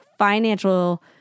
financial